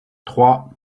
trois